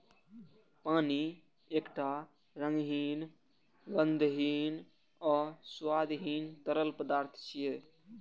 पानि एकटा रंगहीन, गंधहीन आ स्वादहीन तरल पदार्थ छियै